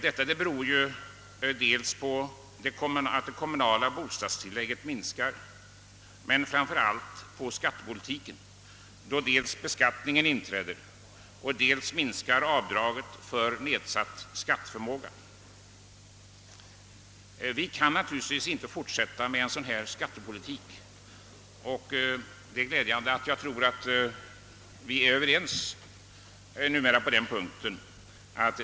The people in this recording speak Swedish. Detta beror dels på att det kommunala bostadstillägget minskar, dels — och framför allt — på skattepolitiken, då ju både beskattningen inträder och avdraget för minskad skatteförmåga minskar. Vi kan naturligtvis inte fortsätta med en sådan skattepolitik, och det är glädjande att vi tycks vara överens på den punkten.